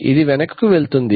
ఇది వెనక్కు వెళ్తుంది